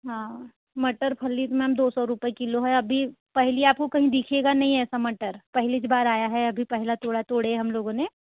हाँ मटर फल्ली मैम दो सौ रुपए किलो है अभी पहली आप को कहीं दिखेगा नहीं ऐसा मटर पहली बार आया है अभी पहला तोड़ा तोड़े हम लोगों ने